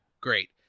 Great